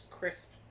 Crisp